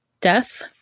death